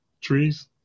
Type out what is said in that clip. trees